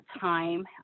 time